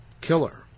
Killer